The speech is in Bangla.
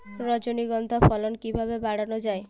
রজনীগন্ধা ফলন কিভাবে বাড়ানো যায়?